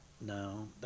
no